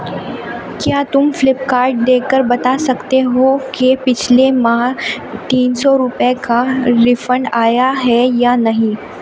کیا تم Flipkart دیکھ کر بتا سکتے ہو کہ پچھلے ماہ تین سو روپے کا ریفنڈ آیا ہے یا نہیں